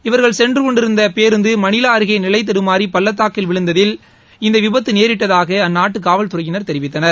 இவர்கள் சென்றுகொண்டிருந்தபேருந்துமணிவாஅருகேநிலைதடுமாறிபள்ளத்தாக்கில் விழுந்ததில் இந்தவிபத்துநேரிட்டதாகஅந்நாட்டுகாவல்துறையினர் தெரிவித்தனர்